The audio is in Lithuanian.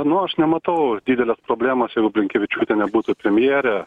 nu aš nematau didelės problemos jeigu blinkevičiūtė nebūtų premjerė